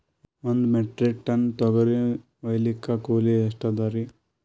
ಒಂದ್ metric tonne ತೊಗರಿ ಹೋಯಿಲಿಕ್ಕ ಕೂಲಿ ಎಷ್ಟ ಅದರೀ?